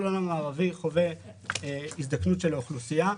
כל העולם המערבי חווה הזדקנות של האוכלוסייה.